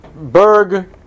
Berg